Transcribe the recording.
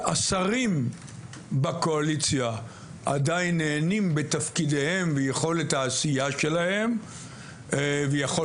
השרים בקואליציה עדיין נהנים מיכולת העשייה בתפקידם ויכול